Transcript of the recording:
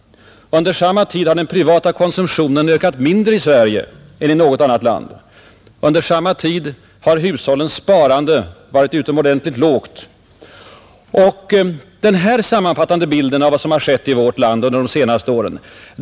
Under samma tid har den privata konsumtionen ökat mindre i Sverige än i något annat land. Under samma tid har hushållens sparande varit utomordentligt lågt. Detta är en sammanfattande bild av vad som skett i vårt land under de senaste åren.